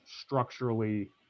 structurally